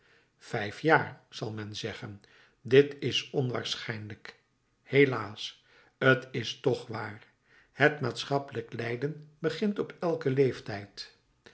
vijf jaar zal men zeggen dit is onwaarschijnlijk helaas t is toch waar het maatschappelijk lijden begint op elken leeftijd